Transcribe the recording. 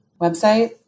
website